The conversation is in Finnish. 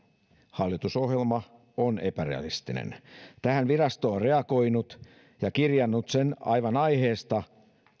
hallitusohjelma on epärealistinen tähän virasto on reagoinut ja kirjannut sen aivan aiheesta